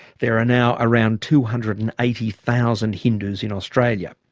there are now around two hundred and eighty thousand hindus in australia.